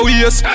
yes